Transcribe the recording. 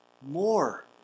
more